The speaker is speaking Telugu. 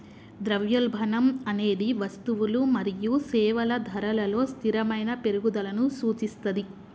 ద్రవ్యోల్బణం అనేది వస్తువులు మరియు సేవల ధరలలో స్థిరమైన పెరుగుదలను సూచిస్తది